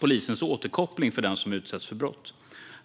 polisens återkoppling för den som utsätts för brott.